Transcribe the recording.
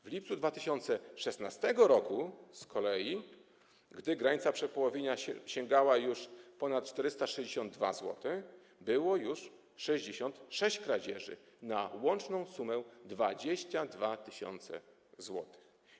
W lipcu 2016 r., gdy granica przepołowienia sięgała już ponad 462 zł, było już 66 kradzieży na łączną sumę 22 tys. zł.